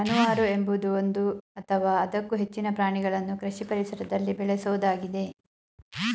ಜಾನುವಾರು ಎಂಬುದು ಒಂದು ಅಥವಾ ಅದಕ್ಕೂ ಹೆಚ್ಚಿನ ಪ್ರಾಣಿಗಳನ್ನು ಕೃಷಿ ಪರಿಸರದಲ್ಲಿ ಬೇಳೆಸೋದಾಗಿದೆ